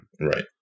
Right